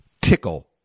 tickle